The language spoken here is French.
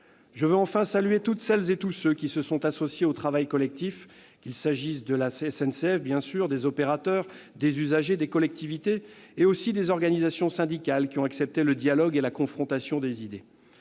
Je veux, enfin, saluer toutes celles et tous ceux qui se sont associés au travail collectif : la SNCF, bien sûr, les opérateurs, les usagers, les collectivités territoriales et les organisations syndicales qui ont accepté le dialogue et la confrontation des idées.